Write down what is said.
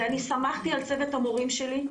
אני סמכתי על צוות המורים שלי,